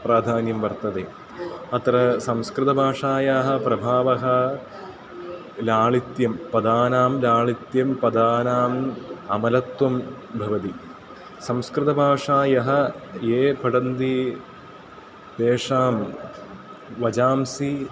प्राधान्यं वर्तते अत्र संस्कृतभाषायाः प्रभावः लालित्यं पदानां लालित्यं पदानाम् अमलत्वं भवति संस्कृतभाषायाः ये पठन्ति तेषां वचांसि